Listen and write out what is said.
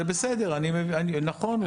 נכון,